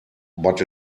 but